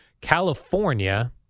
California